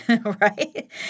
right